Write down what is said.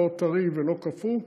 לא טרי ולא קפוא,